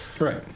Right